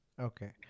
Okay